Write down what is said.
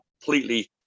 completely